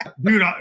Dude